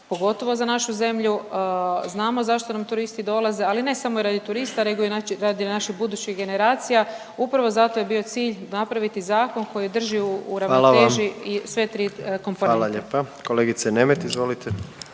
pogotovo za našu zemlju, znamo zašto nam turisti dolaze, ali ne samo radi turista nego i radi naših budućih generacija, upravo zato je bio cilj napraviti zakon koji drži…/Upadica predsjednik: Hvala vam./…u ravnoteži i sve